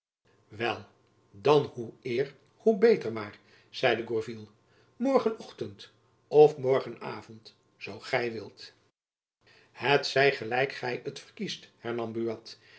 wel dan hoe eer hoe beter maar zeide gourville morgen ochtend of morgen avond zoo gy wilt jacob van lennep elizabeth musch het zij gelijk gy t verkiest